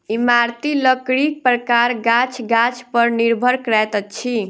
इमारती लकड़ीक प्रकार गाछ गाछ पर निर्भर करैत अछि